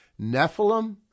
Nephilim